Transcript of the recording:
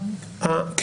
אני